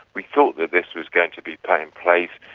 we thought that this was going to be put in place.